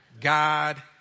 God